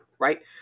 right